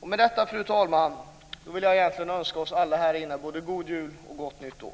Med detta, fru talman, vill jag önska alla både god jul och gott nytt år.